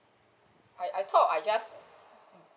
I I thought I just mm